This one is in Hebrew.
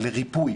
לריפוי